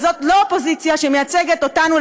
וזאת לא אופוזיציה שמייצגת אותנו,